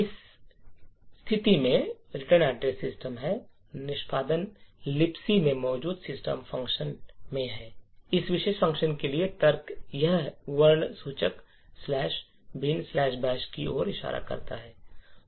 इस स्थिति में रिटर्न एड्रेस सिस्टम है निष्पादन लिबक में मौजूद सिस्टम फ़ंक्शन में है और इस विशेष फ़ंक्शन के लिए तर्क यह वर्ण सूचक बिन बैश "binbash" की ओर इशारा करता है